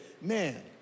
man